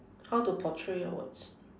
how to portray your words